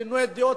תסלחו לי, הזויים.